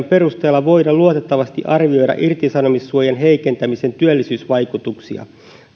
perusteella voida luotettavasti arvioida irtisanomissuojan heikentämisen työllisyysvaikutuksia